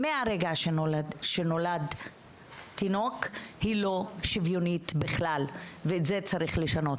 מהרגע שנולד תינוק היא לא שיוויונית בכלל ואת זה צריך לשנות,